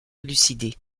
élucidée